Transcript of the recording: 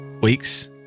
week's